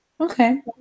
Okay